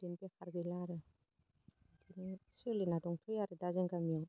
ओरैनो बेखार गैला आरो इदिनो सोलिना दंथ'यो आरो दा जों गामियाव